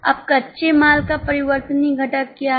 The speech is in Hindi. अब कच्चे माल का परिवर्तनीय घटक क्या है